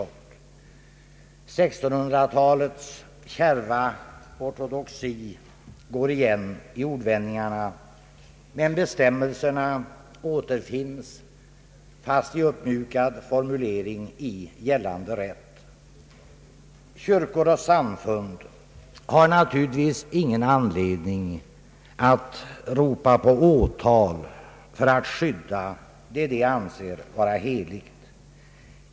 1600-talets kärva ortodoxi går igen i ordvändningarna, men bestämmelserna återfinns — fast i uppmjukad formulering — i gällande rätt. Kyrkor och samfund har naturligtvis ingen anledning att ropa på åtal för att skydda det de anser vara heligt.